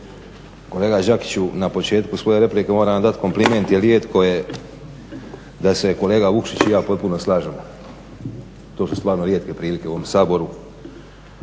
Kolega Đakiću na početku svoje replike moram vam dati kompliment jer rijetko je da se kolega Vukšić i ja potpuno slažemo, to su stvarno rijetke prilike u ovom Saboru.